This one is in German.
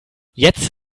jetzt